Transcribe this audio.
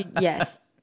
Yes